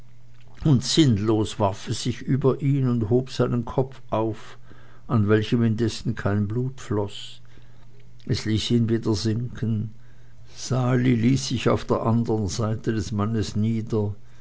und sinnlos warf es sich über ihn und hob seinen kopf auf an welchem indessen kein blut floß es ließ ihn wieder sinken sali ließ sich auf der anderen seite des mannes nieder